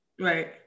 right